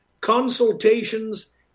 consultations